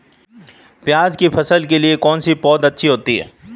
प्याज़ की फसल के लिए कौनसी पौद अच्छी होती है?